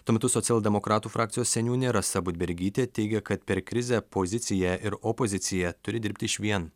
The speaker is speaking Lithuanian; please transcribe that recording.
tuo metu socialdemokratų frakcijos seniūnė rasa budbergytė teigia kad per krizę pozicija ir opozicija turi dirbti išvien